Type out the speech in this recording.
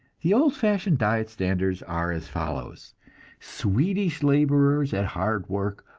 the old-fashioned diet standards are as follows swedish laborers at hard work,